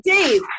Dave